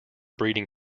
breeding